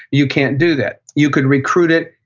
you can't do that. you could recruit it,